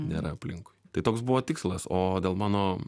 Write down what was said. nėra aplinkui tai toks buvo tikslas o dėl mano